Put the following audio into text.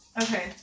Okay